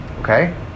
Okay